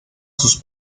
sus